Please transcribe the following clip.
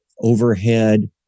overhead